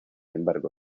embargo